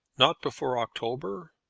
not before october?